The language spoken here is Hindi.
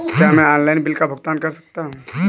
क्या मैं ऑनलाइन बिल का भुगतान कर सकता हूँ?